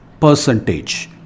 percentage